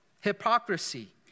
hypocrisy